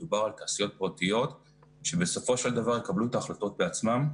מדובר על תעשיות פרטיות שבסופו של דבר יקבלו את ההחלטות בעצמן.